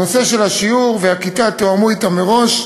הנושא של השיעור והכיתה תואמו אתה מראש.